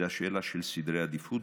זו שאלה של סדר עדיפויות.